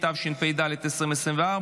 התשפ"ד 2024,